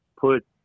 put